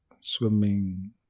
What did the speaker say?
swimming